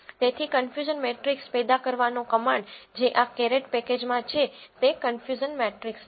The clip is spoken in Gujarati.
તેથી કન્ફયુઝન મેટ્રીક્સ પેદા કરવાનો કમાન્ડ જે આ કેરેટ પેકેજમાં છે તે કન્ફયુઝન મેટ્રીક્સ છે